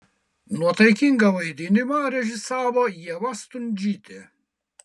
nuotaikingą vaidinimą režisavo ieva stundžytė